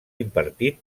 impartit